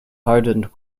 hardened